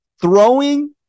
throwing